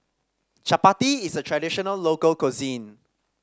chapati is a traditional local cuisine